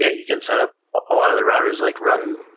yeah you can set up a lot of the routers, like run